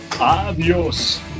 Adiós